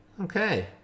Okay